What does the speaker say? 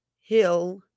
Hill